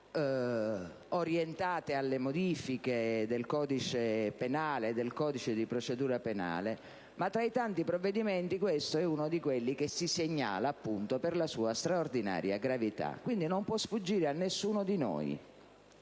orientate alle modifiche del codice penale e del codice di procedura penale; ma, tra i tanti provvedimenti, questo è uno di quelli che si segnala per la sua straordinaria gravità. Non può sfuggire a nessuno di noi